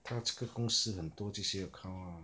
他这个公很多这些 account lah